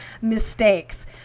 mistakes